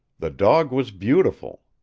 the dog was beautiful.